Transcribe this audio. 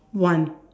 one